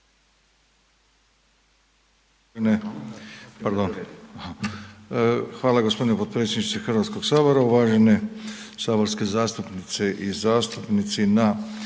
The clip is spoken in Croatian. Hvala g. potpredsjedniče Hrvatskog sabora, uvažene saborske zastupnice i zastupnici na